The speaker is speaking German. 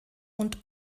und